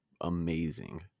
amazing